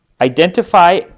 identify